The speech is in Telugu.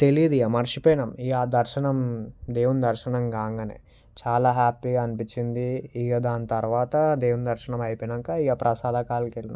తెలియదు ఇక మరచిపోయాము ఇక ఆ దర్శనం దేవుని దర్శనం కాగానే చాలా హ్యాపీగా అనిపించింది ఇక దాని తరువాత దేవుని దర్శనం అయిపోయాక ఇక ప్రసాదాలకి వెళ్ళాము